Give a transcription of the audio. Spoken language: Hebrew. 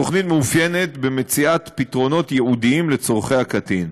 התוכנית מאופיינת במציאת פתרונות ייעודיים לצורכי הקטין.